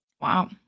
Wow